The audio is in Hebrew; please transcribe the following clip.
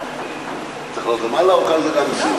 אני צריך לעלות למעלה או שכאן זה גם, ?